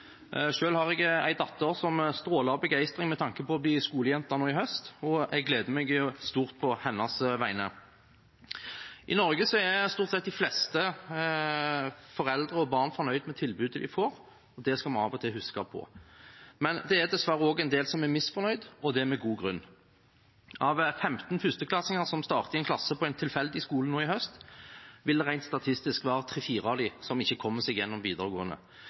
har jeg en datter som stråler av begeistring ved tanken på å bli skolejente nå i høst, og jeg gleder meg stort på hennes vegne. I Norge er de fleste foreldre og barn fornøyd med tilbudet de får, og det skal vi av og til huske på. Men det er dessverre også en del som er misfornøyd, og det med god grunn. Av 15 førsteklassinger som starter i en klasse på en tilfeldig skole nå i høst, vil det rent statistisk være 3–4 som ikke kommer seg gjennom videregående.